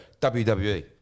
WWE